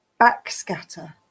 backscatter